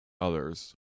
others